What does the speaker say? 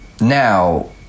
Now